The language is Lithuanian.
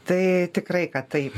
tai tikrai kad taip